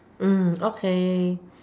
mm okay